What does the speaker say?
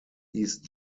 east